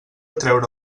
treure